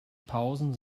pausen